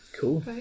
cool